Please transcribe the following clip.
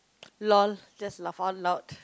lol just laugh out loud